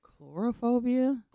Chlorophobia